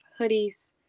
hoodies